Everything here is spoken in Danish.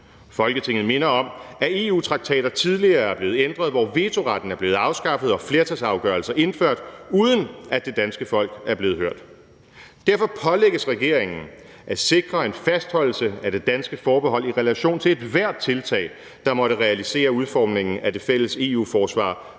Folketinget minder om, at EU-traktater tidligere er blevet ændret, hvor vetoretten er blevet afskaffet og flertalsafgørelser indført – uden at det danske folk er blevet hørt. Derfor pålægges regeringen at sikre en fastholdelse af det danske forbehold i relation til ethvert tiltag, der måtte realisere udformningen af det fælles EU-forsvar,